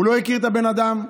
הוא לא הכיר את הבן אדם.